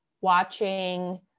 watching